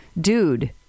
Dude